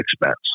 expense